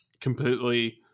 completely